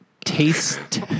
taste